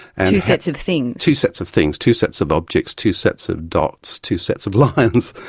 and two sets of things. two sets of things, two sets of objects, two sets of dots, two sets of lines.